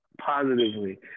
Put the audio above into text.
positively